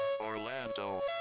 Orlando